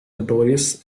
notorious